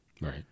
Right